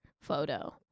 photo